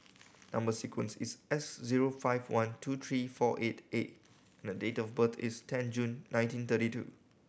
number sequence is S zero five one two three four eight A and the date of birth is ten June nineteen thirty two